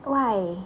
why